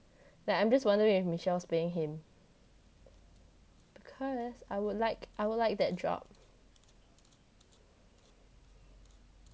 like I'm just wondering if michelle paying him because I would like I would like that job